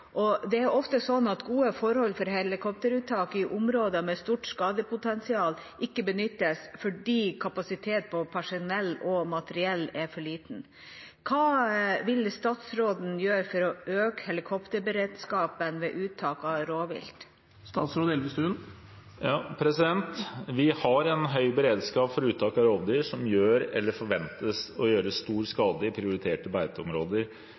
og det er ofte slik at gode forhold for helikopteruttak i områder med stort skadepotensial ikke benyttes, fordi kapasiteten på personell og materiell er for liten. Hva vil statsråden gjøre for å øke helikopterberedskapen ved uttak av rovvilt?» Vi har en høy beredskap for uttak av rovdyr som gjør eller forventes å gjøre stor skade i prioriterte beiteområder,